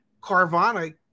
Carvana